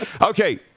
Okay